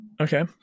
Okay